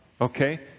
Okay